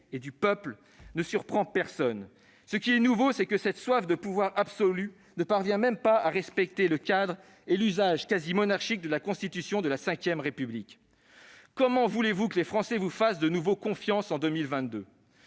et du peuple ne surprend personne. Ce qui est nouveau, c'est que cette soif de pouvoir absolu ne parvient même pas à respecter le cadre et l'usage quasi monarchique de la Constitution de la V République. Comment voulez-vous que les Français vous fassent à nouveau confiance en 2022 ?